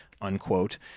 unquote